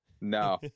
No